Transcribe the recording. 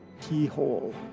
Keyhole